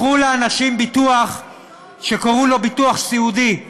מכרו לאנשים ביטוח שקראו לו ביטוח סיעודי,